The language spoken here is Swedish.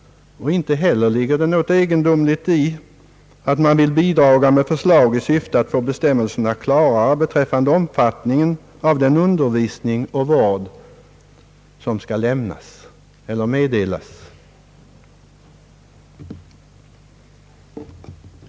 Inte heller ligger det något egendomligt i att man vill bidraga med förslag i syfte att få klarare bestämmelser beträffande omfattningen av den undervisning och vård som skall meddelas.